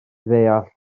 ddeall